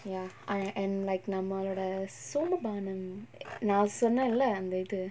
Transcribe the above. ya I and like நம்மளோட சோமபானம்:nammaloda somabaanam err நா சொன்னல அந்த இது:naa sonnala antha ithu